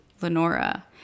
Lenora